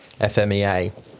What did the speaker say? FMEA